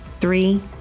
three